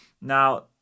Now